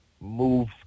move